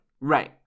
right